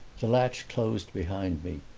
the latch closed behind me,